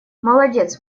молодец